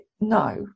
no